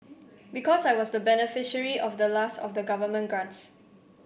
because I was the beneficiary of the last of the government grants